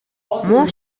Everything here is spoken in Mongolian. муу